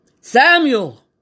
Samuel